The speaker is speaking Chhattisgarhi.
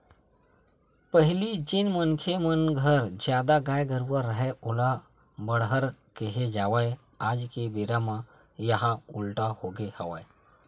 पहिली जेन मनखे मन घर जादा गाय गरूवा राहय ओला बड़हर केहे जावय आज के बेरा म येहा उल्टा होगे हवय